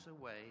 away